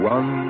One